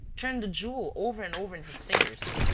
turned the jewel over and over in his fingers.